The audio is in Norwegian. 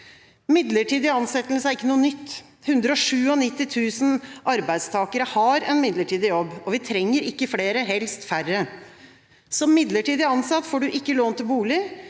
Midlertidig ansettelse er ikke noe nytt. 197 000 arbeidstakere har en midlertidig jobb. Vi trenger ikke flere, helst færre. Som midlertidig ansatt får du ikke lån til bolig.